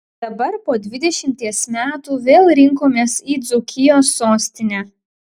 dabar po dvidešimties metų vėl rinkomės į dzūkijos sostinę